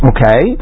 Okay